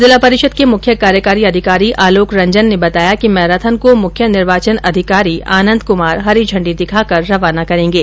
जिला परिषद् के मुख्य कार्यकारी अधिकारी आलोक रंजन ने बताया कि मैराथन को मुख्य निर्वाचन अधिकारी आनन्द कुमार हरी झण्डी दिखाकर रवाना करेंगे